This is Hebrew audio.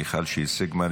מיכל שיר סגמן,